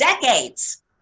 decades